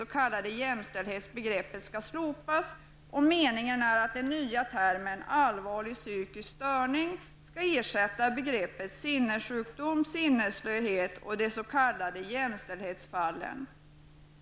I jämställdhetsbegreppet skall slopas, och meningen är att den nya termen allvarlig psykisk störning skall ersätta begreppen sinnessjukdom, sinnesslöhet och de s.k. jämställdhetsfall.